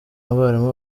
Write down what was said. abarimu